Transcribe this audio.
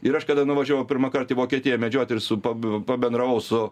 ir aš kada nuvažiavau pirmąkart į vokietiją medžioti ir su pabiu pabendravau su